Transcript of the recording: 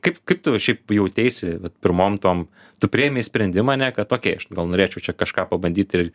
kaip kaip tu šiaip jauteisi vat pirmom tom tu priėmei sprendimą ane kad okei aš gal norėčiau čia kažką pabandyti ir